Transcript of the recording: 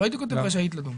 לא הייתי כותב "רשאית לדון".